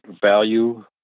value